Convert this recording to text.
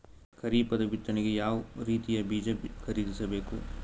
ಖರೀಪದ ಬಿತ್ತನೆಗೆ ಯಾವ್ ರೀತಿಯ ಬೀಜ ಖರೀದಿಸ ಬೇಕು?